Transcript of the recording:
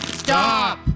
Stop